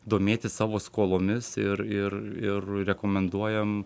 domėtis savo skolomis ir ir ir rekomenduojam